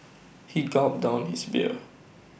he gulped down his beer